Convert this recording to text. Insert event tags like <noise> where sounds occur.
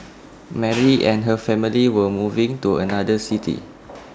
<noise> Mary and her family were moving to another city